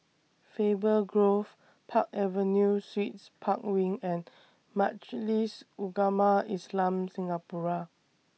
Faber Grove Park Avenue Suites Park Wing and Majlis Ugama Islam Singapura